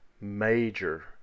major